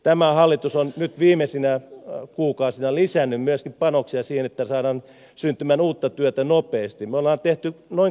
tämä hallitus on nyt viimeisinä kuukausina myöskin lisännyt panoksia siihen että saadaan syntymään uutta työtä nopeasti